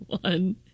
one